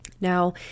now